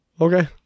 Okay